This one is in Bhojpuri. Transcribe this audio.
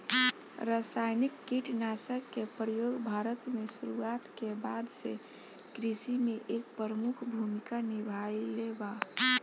रासायनिक कीटनाशक के प्रयोग भारत में शुरुआत के बाद से कृषि में एक प्रमुख भूमिका निभाइले बा